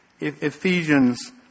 Ephesians